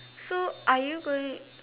so are you going